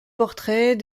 portraits